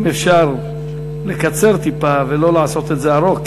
אם אפשר לקצר טיפה ולא לעשות את זה ארוך,